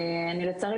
לצערי,